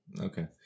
Okay